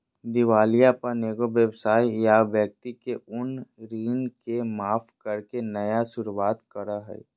दिवालियापन एगो व्यवसाय या व्यक्ति के उन ऋण के माफ करके नया शुरुआत करो हइ